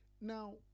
Now